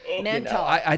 Mental